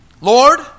Lord